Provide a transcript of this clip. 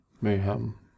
Mayhem